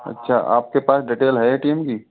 अच्छा आपके पास डिटेल है ए टी एम की